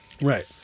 Right